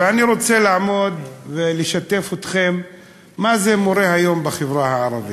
ואני רוצה לשתף אתכם: מה זה מורה היום בחברה הערבית.